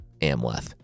Amleth